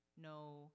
no